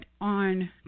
on